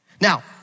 Now